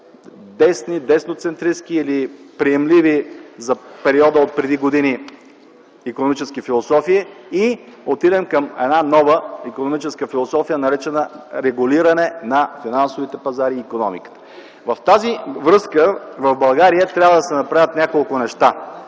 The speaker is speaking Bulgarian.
десни, десноцентристки или приемливи за периода преди години икономически философии, и отидем към нова икономическа философия, наречена регулиране на финансовите пазари и икономиката. В тази връзка, в България трябва да се направят няколко неща,